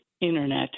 internet